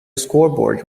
scoreboard